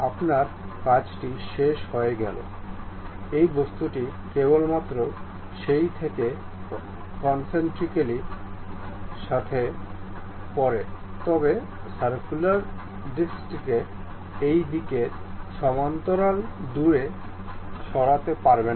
আপনার কাজটি শেষ হয়ে গেলে এই বস্তুটি কেবলমাত্র সেই থেকে কনসেন্ট্রিকালি সরতে পারে তবে আপনি সার্ক্যুলার ডিস্কটিকে এই দিকের সমান্তরালে দূরে সরাতে পারবেন না